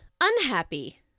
unhappy